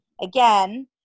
again